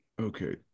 Okay